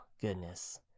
goodness